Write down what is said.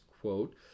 quote